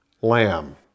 lamb